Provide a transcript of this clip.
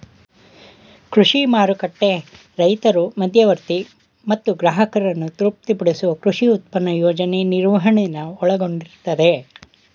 ಕೃಷಿ ಮಾರುಕಟ್ಟೆ ರೈತರು ಮಧ್ಯವರ್ತಿ ಮತ್ತು ಗ್ರಾಹಕರನ್ನು ತೃಪ್ತಿಪಡಿಸುವ ಕೃಷಿ ಉತ್ಪನ್ನ ಯೋಜನೆ ನಿರ್ವಹಣೆನ ಒಳಗೊಂಡಿರ್ತದೆ